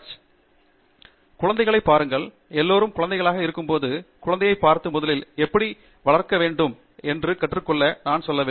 தங்கிராலா அதனால்தான் என் குழந்தைகளுக்கு எல்லோரும் குழந்தைகளாக இருக்கும்போது குழந்தையைப் பார்த்து முதலில் எப்படி வளைக்க வேண்டும் என்று கற்றுக் கொண்டோம் என்று நான் சொல்லவில்லை